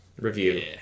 review